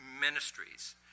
ministries